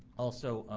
also,